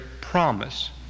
promise